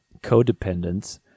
codependence